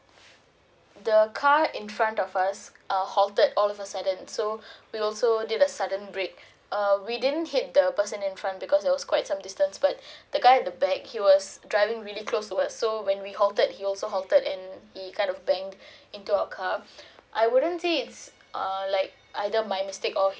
the car in front of us uh halted out of a sudden so we also did the sudden break uh we didn't hit the person in front because it was quite some distance but the guy at the back he was driving really close to us so when we halted he also halted and he kind of bang into our car I wouldn't say is err like either my mistake or